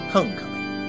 Homecoming